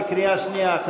בקריאה שנייה,